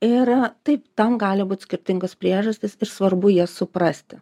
ir taip tam gali būti skirtingos priežastys ir svarbu jas suprasti